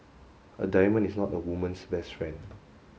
a diamond is not a woman's best friend